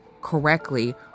correctly